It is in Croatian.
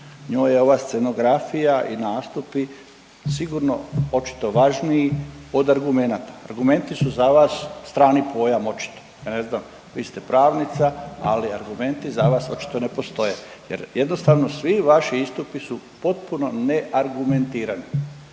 Njoj je ova scenografija i nastupi sigurno očito važniji od argumenta. Argumenti su za vas strani pojam očito. Ja ne znam vi ste pravnica, ali argumenti za vas očito ne postoje jer jednostavno svi vaši istupi su potpuno neargumentirani.